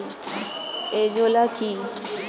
Azolla কি?